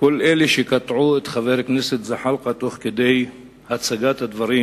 כל אלה שקטעו את חבר הכנסת זחאלקה תוך כדי הצגת הדברים